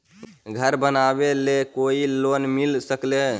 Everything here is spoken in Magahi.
घर बनावे ले कोई लोनमिल सकले है?